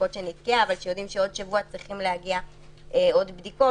שיודעים שעוד שבוע צריכות להגיע עוד בדיקות,